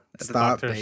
stop